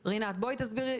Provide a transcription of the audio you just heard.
רינת, בואי תסבירי.